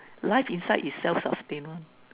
life inside is self sustain one